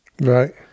Right